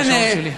את השעון שלי.